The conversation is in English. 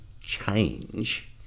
change